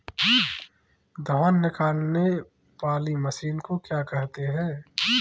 धान निकालने वाली मशीन को क्या कहते हैं?